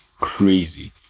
crazy